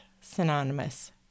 synonymous